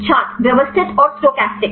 छात्र व्यवस्थित और स्टोचस्टिक